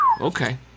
okay